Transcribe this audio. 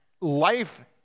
life